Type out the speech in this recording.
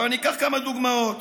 ניקח כמה דוגמאות.